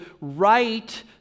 right